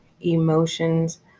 emotions